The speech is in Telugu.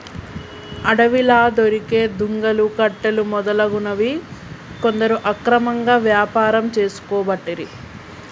అడవిలా దొరికే దుంగలు, కట్టెలు మొదలగునవి కొందరు అక్రమంగా వ్యాపారం చేసుకోబట్టిరి